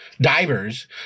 divers